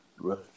Right